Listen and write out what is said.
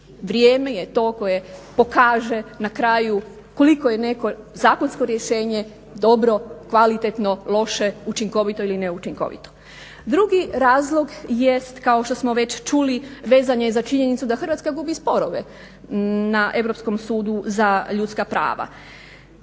vrijeme je to koje pokaže na kraju koliko je neko zakonsko rješenje dobro, kvalitetno, loše, učinkovito ili neučinkovito. Drugi razlog jest kao što smo već čuli vezan je za činjenicu da Hrvatska gubi sporove na Europskom sudu za ljudska prava.